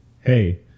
hey